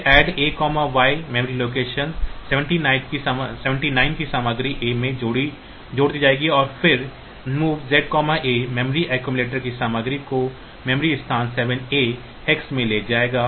फिर ADD A Y memory location 79 की सामग्री A में जोड़ दी जाएगी और फिर MOV Z A memory accumulator की सामग्री को memory स्थान 7a hex में ले जाएगा